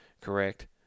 correct